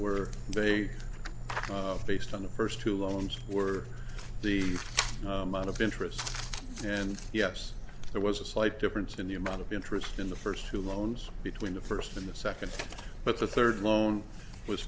were they based on the first two loans were the amount of interest and yes there was a slight difference in the amount of interest in the first two loans between the first and the second but the third loan was